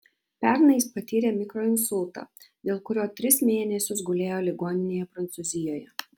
pernai jis patyrė mikroinsultą dėl kurio tris mėnesius gulėjo ligoninėje prancūzijoje